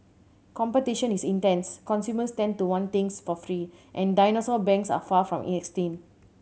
competition is intense consumers tend to want things for free and dinosaur banks are far from extinct